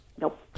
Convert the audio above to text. Nope